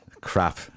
Crap